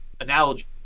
analogy